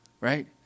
right